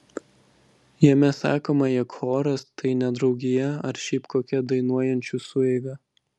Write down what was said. jame sakoma jog choras tai ne draugija ar šiaip kokia dainuojančių sueiga